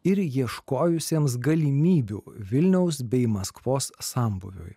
ir ieškojusiems galimybių vilniaus bei maskvos sambūriui